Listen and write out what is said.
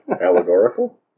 Allegorical